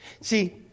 See